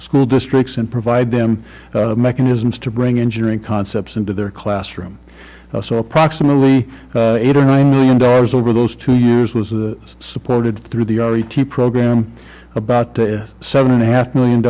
school districts and provide them mechanisms to bring engineering concepts into their classroom so approximately eight or nine million dollars over those two years was supported through the r e t program about seven and a half million